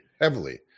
heavily